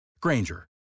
Granger